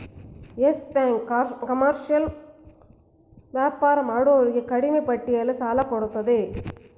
Yes Bank commercial ವ್ಯಾಪಾರ ಮಾಡೋರಿಗೆ ಕಡಿಮೆ ಬಡ್ಡಿಯಲ್ಲಿ ಸಾಲ ಕೊಡತ್ತದೆ